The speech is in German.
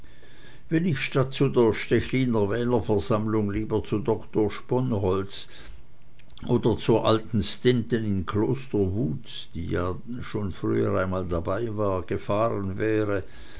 wenn ich statt zu der stechliner wählerversammlung lieber zu doktor sponholz oder zur alten stinten in kloster wutz die ja schon früher einmal dabei war gefahren wäre